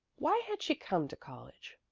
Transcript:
why had she come to college?